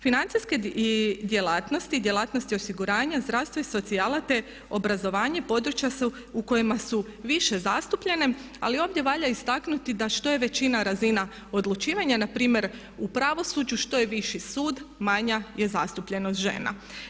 Financijske djelatnosti i djelatnosti osiguranja, zdravstvo i socijala te obrazovanje područja su u kojima su više zastupljene ali ovdje valja istaknuti da što je veća razina odlučivanja na primjer u pravosuđu što je viši sud manja je zastupljenost žena.